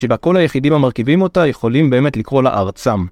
שבה כל היחידים המרכיבים אותה יכולים באמת לקרוא לה ארצם